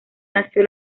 nació